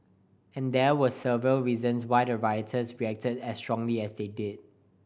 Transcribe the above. and there were several reasons why the rioters reacted as strongly as they did